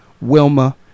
Wilma